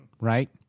Right